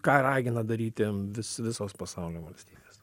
ką ir ragina daryti vis visos pasaulio valstybės